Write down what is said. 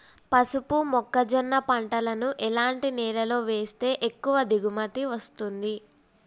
పసుపు మొక్క జొన్న పంటలను ఎలాంటి నేలలో వేస్తే ఎక్కువ దిగుమతి వస్తుంది?